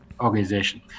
organization